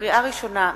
לקריאה ראשונה,